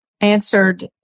answered